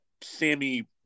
Sammy